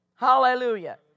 Hallelujah